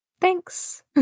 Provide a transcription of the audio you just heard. Thanks